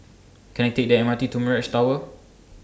Can I Take The M R T to Mirage Tower